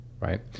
right